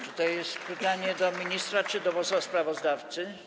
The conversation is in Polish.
Czy to jest pytanie do ministra, czy do posła sprawozdawcy?